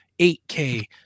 8K